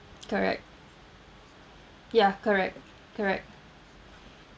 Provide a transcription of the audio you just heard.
correct ya correct correct